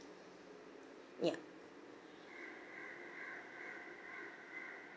ya